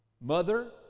Mother